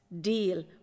Deal